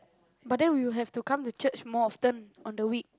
but we will have to come to church more often on the week